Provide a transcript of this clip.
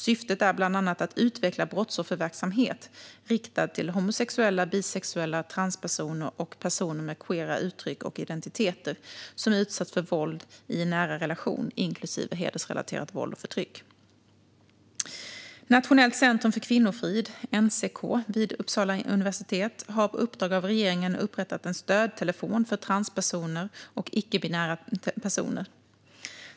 Syftet är bland annat att utveckla brottsofferverksamhet riktad till homosexuella, bisexuella, transpersoner och personer med queera uttryck och identiteter som utsatts för våld i en nära relation, inklusive hedersrelaterat våld och förtryck. Nationellt centrum för kvinnofrid, NCK, vid Uppsala universitet har på uppdrag av regeringen upprättat en stödtelefon för transpersoner och icke-binära personer.